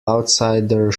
outsider